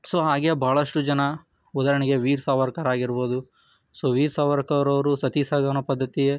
so ಹಾಗೆ ಬಹಳಷ್ಟು ಜನ ಉದಾಹರಣೆಗೆ ವೀರ ಸಾವರ್ಕರ್ ಆಗಿರ್ಬೋದು ಸೊ ವೀರ ಸಾವರ್ಕರ್ ಅವರು ಸತಿ ಸಹಗಮನ ಪದ್ಧತಿ